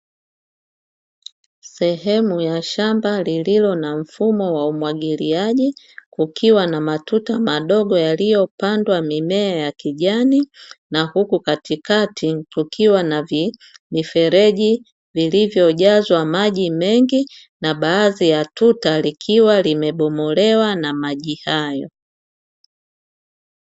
Sehemu ya shamba lililo na mfumo wa umwagiliaji, kukiwa na matuta madogo yaliyopandwa mimea ya kijani na huku katikati tukiwa na vifereji vilivyojazwa maji mengi na baadhi ya tuta likiwa limebomolewa na maji hayo.